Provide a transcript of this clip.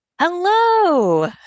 Hello